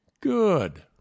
Good